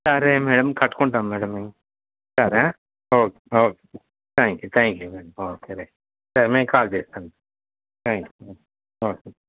సరే మేడం కట్టుకుంటాము మేడం మేము సరే okay okay thank you thank you madam ఓకేలే సరే మేము కాల్ చేస్తాము థ్యాంక్ యూ ఓకే